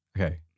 okay